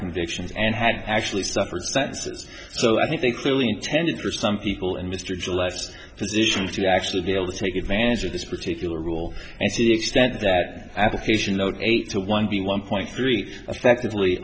convictions and had actually suffered so i think they clearly intended for some people and mr july first position to actually be able to take advantage of this particular rule and see the extent that application load eight to one being one point three affectively